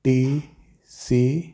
T C